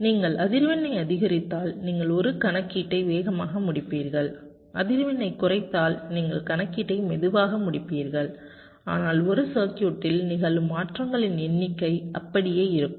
நீங்கள் அதிர்வெண்ணை அதிகரித்தால் நீங்கள் ஒரு கணக்கீட்டை வேகமாக முடிப்பீர்கள் அதிர்வெண்ணைக் குறைத்தால் நீங்கள் கணக்கீட்டை மெதுவாக முடிப்பீர்கள் ஆனால் ஒரு சர்க்யூட்டில் நிகழும் மாற்றங்களின் எண்ணிக்கை அப்படியே இருக்கும்